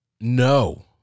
No